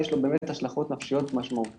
יש לו באמת השלכות נפשיות משמעותיות.